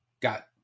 got